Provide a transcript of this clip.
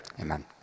amen